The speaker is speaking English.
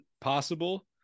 possible